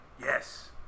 Yes